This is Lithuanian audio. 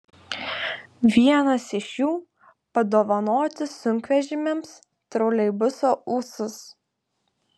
vienas iš jų padovanoti sunkvežimiams troleibuso ūsus